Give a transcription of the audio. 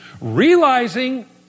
realizing